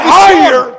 higher